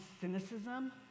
cynicism